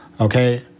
okay